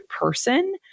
person